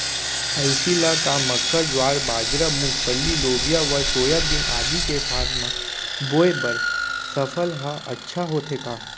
अलसी ल का मक्का, ज्वार, बाजरा, मूंगफली, लोबिया व सोयाबीन आदि के साथ म बोये बर सफल ह अच्छा होथे का?